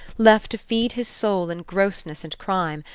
left to feed his soul in grossness and crime,